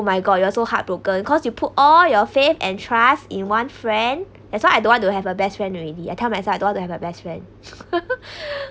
oh my god you are so heartbroken cause you put all your faith and trust in one friend that's why I don't want to have a best friend already I tell myself I don't want to have a best friend